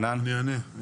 אני אענה.